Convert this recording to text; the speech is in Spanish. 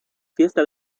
fiesta